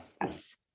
Yes